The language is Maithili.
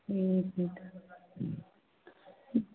ठीक छै तऽ